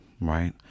right